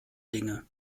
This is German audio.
dinge